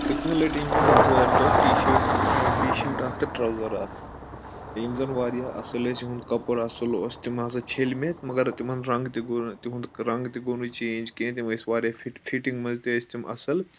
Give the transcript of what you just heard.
پٔتمہِ لٔٹہِ أنۍ مےٚ آتھوارِ دۄہ ٹی شٲٹ ٹی شٲٹ اکھ تہٕ ٹرٛوزَر اَکھ یِم زَن واریاہ اَصٕل ٲسۍ یِہُنٛد کَپُر اَصٕل اوس تِم ہَسا چھلۍ مےٚ مگر تِمَن رنٛگ تہِ گوٚو تِہُنٛد رنٛگ تہِ گوٚو نہٕ چینٛج کینٛہہ تِم ٲسۍ واریاہ فِٹ فِٹِنٛگ منٛز تہِ ٲسۍ تِم اَصٕل